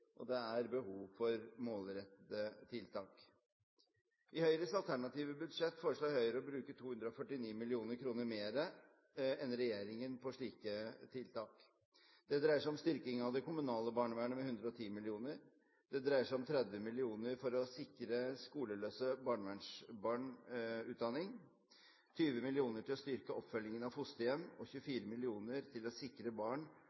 og det er behov for målrettede tiltak. I Høyres alternative budsjett foreslår vi å bruke 249 mill. kr mer enn regjeringen på slike tiltak. Det dreier seg om styrking av det kommunale barnevernet med 110 mill. kr, det dreier seg om 30 mill. kr for å sikre skoleløse barnevernsbarn utdanning, 20 mill. kr til å styrke oppfølgingen av fosterhjem, og 24 mill. kr til å sikre barn